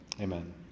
Amen